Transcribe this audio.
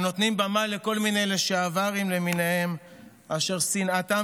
הנותנים במה לכל מיני לשעברים למיניהם אשר שנאתם